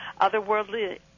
otherworldly